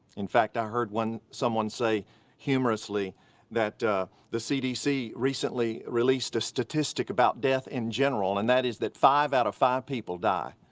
in fact i heard someone say humorously that the cdc recently released a statistic about death in general, and that is that five out of five people die.